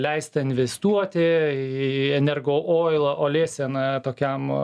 leisti investuoti į energo oil olėsen tokiam